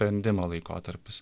brendimo laikotarpis